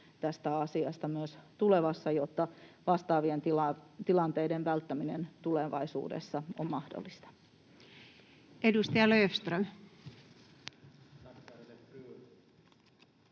tästä asiasta myös tulevassa, jotta vastaavien tilanteiden välttäminen tulevaisuudessa on mahdollista. Edustaja Löfström.